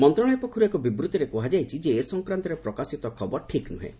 ମନ୍ତ୍ରଶାଳୟ ପକ୍ଷରୁ ଏକ ବିବୃତ୍ତିରେ କୁହାଯାଇଛି ଯେ ଏ ସଂକ୍ରାନ୍ତରେ ପ୍ରକାଶିତ ଖବର ଠିକ୍ ନୁହେଁ